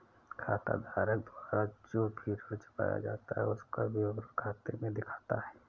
खाताधारक द्वारा जो भी ऋण चुकाया जाता है उसका विवरण खाते में दिखता है